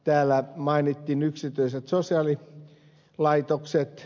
täällä mainittiin yksityiset sosiaalilaitokset